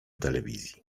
telewizji